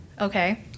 Okay